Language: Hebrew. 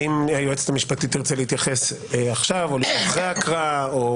אם היועצת המשפטית תרצה להתייחס עכשיו או אחרי ההקראה או